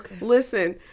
Listen